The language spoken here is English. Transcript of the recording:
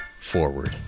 forward